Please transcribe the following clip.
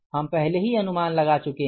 हम पहले ही अनुमान लगा चुके हैं